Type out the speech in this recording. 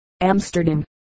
Amsterdam